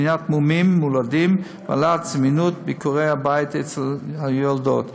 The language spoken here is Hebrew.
מניעת מומים מולדים והעלאת זמינות ביקורי הבית אצל יולדות.